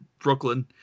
Brooklyn